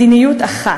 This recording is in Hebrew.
מדיניות אחת.